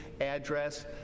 address